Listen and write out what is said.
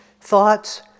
thoughts